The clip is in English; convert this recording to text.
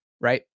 right